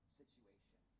situation